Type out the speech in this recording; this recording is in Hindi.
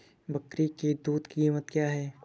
बकरी की दूध की कीमत क्या है?